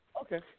Okay